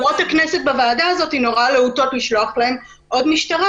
חברות הכנסת בוועדה הזאת נורא להוטות לשלוח להן עוד משטרה,